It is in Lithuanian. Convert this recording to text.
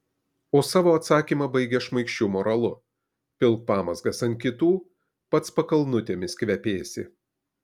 o savo atsakymą baigia šmaikščiu moralu pilk pamazgas ant kitų pats pakalnutėmis kvepėsi